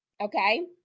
Okay